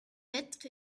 lettres